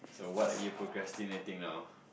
so what are you procrastinating now